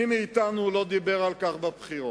מי מאתנו לא דיבר על כך בבחירות?